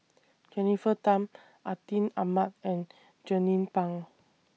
Jennifer Tham Atin Amat and Jernnine Pang